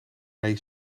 hij